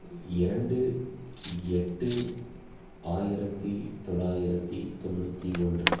இரண்டு எட்டு ஆயிரத்தி தொளாயிரத்தி தொண்ணூற்றி ஒன்று